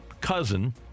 cousin